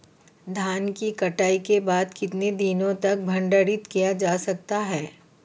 धान की कटाई के बाद कितने दिनों तक भंडारित किया जा सकता है?